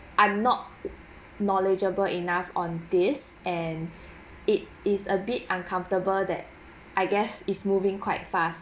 I'm not knowledgeable enough on this and it is a bit uncomfortable that I guess it's moving quite fast